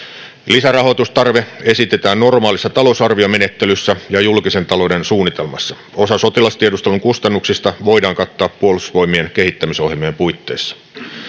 lisärahoitustarve esitetään normaalissa talousarviomenettelyssä ja julkisen talouden suunnitelmassa osa sotilastiedustelun kustannuksista voidaan kattaa puolustusvoimien kehittämisohjelmien puitteissa